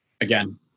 Again